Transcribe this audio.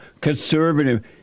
conservative